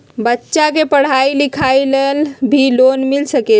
बच्चा के पढ़ाई लिखाई ला भी लोन मिल सकेला?